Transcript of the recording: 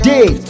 Day